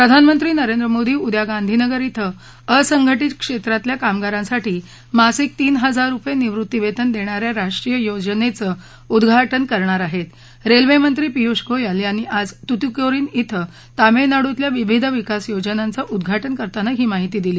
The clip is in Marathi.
प्रधानमंत्री नरेंद्र मोदी उद्या गांधीनगर िं असंघटित क्षम्प्तिल्या कामगारांसाठी मासिक तीन हजार रुपयाविवृत्ती वस्ति दणीया राष्ट्रीय योजनधीउद्घाटन करणार आहर्त रस्वित्ती पियूष गोयल यांनी आज तूतीकोरिन क्विं तामीळनाडूतल्या विविध विकास योजनांचं उद्घाटन करताना ही माहिती दिली